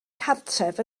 cartref